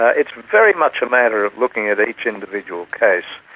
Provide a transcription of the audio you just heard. ah it's very much a matter of looking at each individual case.